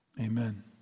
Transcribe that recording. Amen